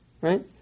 right